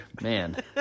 Man